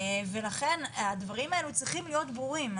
ולכן הדברים האלה צריכים להיות ברורים.